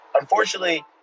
Unfortunately